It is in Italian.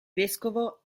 vescovo